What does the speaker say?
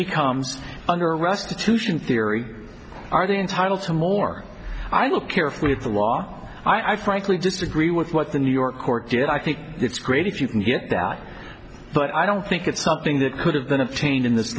becomes under restitution theory are they entitled to more i look carefully at the law i frankly disagree with what the new york court did i think it's great if you can get that but i don't think it's something that could have been a change in this